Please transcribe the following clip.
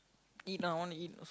eat lah I want to eat